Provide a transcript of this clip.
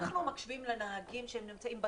אנחנו מקשיבים לנהגים שנמצאים בשטח,